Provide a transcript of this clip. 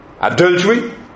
adultery